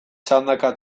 txandaka